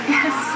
Yes